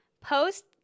post